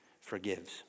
forgives